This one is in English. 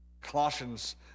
Colossians